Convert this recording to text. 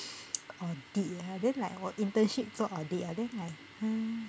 audit ah then like 我 internship 做 audit ah then like hmm